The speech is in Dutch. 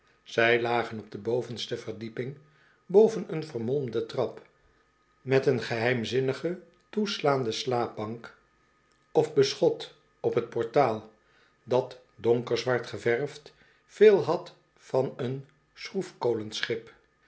zij lagen op de bovenste verdieping boven een vermolmde trap met een geheimzinnige toeslaande slaapbank of beschot op t portaal dat donkerzwart geverfd veel had van een schroef